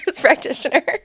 practitioner